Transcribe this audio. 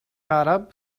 arab